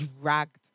dragged